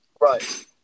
right